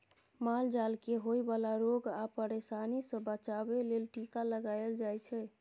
माल जाल केँ होए बला रोग आ परशानी सँ बचाबे लेल टीका लगाएल जाइ छै